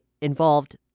involved